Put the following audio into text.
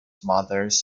mothers